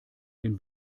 den